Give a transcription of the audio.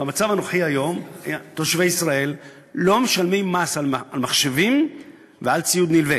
במצב הנוכחי היום תושבי ישראל לא משלמים מס על מחשבים ועל ציוד נלווה,